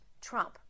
Trump